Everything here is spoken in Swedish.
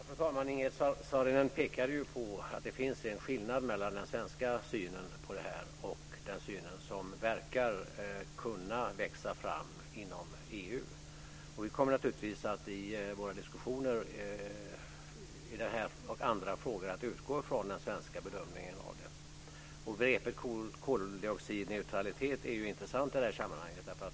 Fru talman! Ingegerd Saarinen pekade på att det finns en skillnad mellan den svenska synen på det här och den syn som verkar kunna växa fram inom EU. Vi kommer naturligtvis i våra diskussioner om den här frågan och andra frågor att utgå ifrån den svenska bedömningen. Begreppet koldioxidneutralitet är ju intressant i det här sammanhanget.